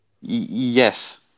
Yes